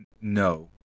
no